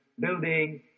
building